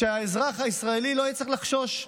כדי שהאזרח הישראלי לא יצטרך לחשוש,